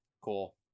Cool